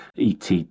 ET